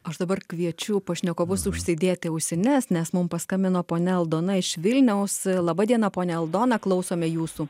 aš dabar kviečiu pašnekovus užsidėti ausines nes mum paskambino ponia aldona iš vilniaus laba diena ponia aldona klausome jūsų